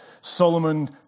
Solomon